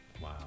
Wow